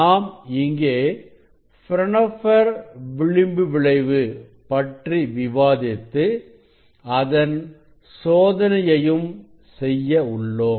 நாம் இங்கே பிரான்ஹோபெர் விளிம்பு விளைவு பற்றி விவாதித்து அதன் சோதனையையும் செய்யவுள்ளோம்